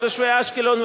ותושבי אשקלון,